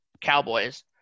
Cowboys